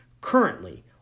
Currently